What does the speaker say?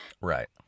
Right